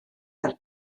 fel